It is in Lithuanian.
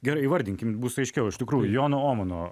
gerai įvardinkim bus aiškiau iš tikrųjų jono omano